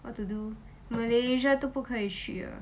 what to do malaysia 都不可以去啊